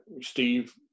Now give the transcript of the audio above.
Steve